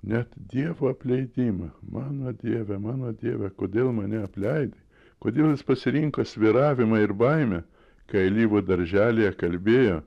net dievo apleidimą mano dieve mano dieve kodėl mane apleidai kodėl jis pasirinko svyravimą ir baimę kai alyvų darželyje kalbėjo